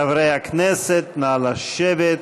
חברי הכנסת, נא לשבת.